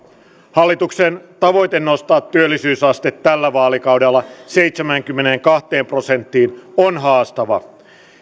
hallituksen tavoite nostaa työllisyysaste tällä vaalikaudella seitsemäänkymmeneenkahteen prosenttiin on haastava